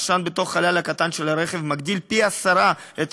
העשן בתוך החלל הקטן של הרכב מגדיל פי-עשרה את